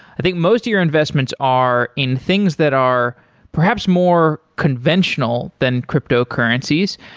i think most of your investments are in things that are perhaps more conventional than cryptocurrencies.